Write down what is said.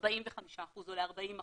ל-45% או ל-40%,